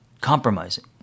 compromising